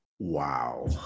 Wow